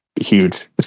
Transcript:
huge